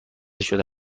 شده